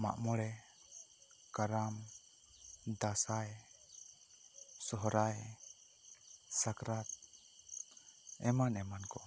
ᱢᱟᱜ ᱢᱚᱬᱮ ᱠᱟᱨᱟᱢ ᱫᱟᱸᱥᱟᱭ ᱥᱚᱨᱦᱟᱭ ᱥᱟᱠᱨᱟᱛ ᱮᱢᱟᱱ ᱮᱢᱟᱱ ᱠᱚ